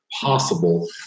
possible